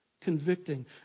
Convicting